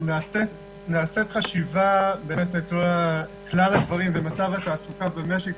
נעשית חשיבה באמת על כלל הדברים ומצב התעסוקה במשק,